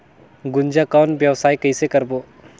गुनजा कौन व्यवसाय कइसे करबो?